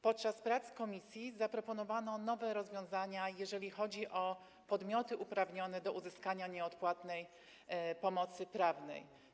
Podczas prac komisji zaproponowano nowe rozwiązania, jeżeli chodzi o podmioty uprawnione do uzyskania nieodpłatnej pomocy prawnej.